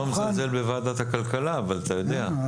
אני לא מזלזל בוועדת הכלכלה אבל אתה יודע,